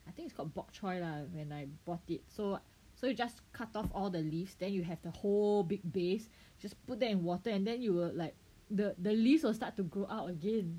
I think it'a called bok choy lah when I bought it so so you just cut off all the leaves then you have the whole big base just put them in water and then you like the the leaves will start to grow out again